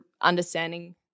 understanding